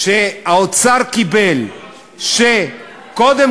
תוך התחשבות מרבית באותם חוכרים ובעלי זכויות שעיבדו